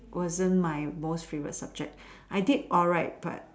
wasn't my most favorite subjects I did alright but